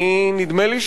נדמה לי,